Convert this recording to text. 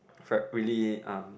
really um